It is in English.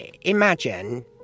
imagine